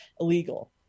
illegal